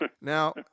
Now